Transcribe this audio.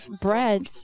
bread